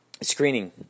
Screening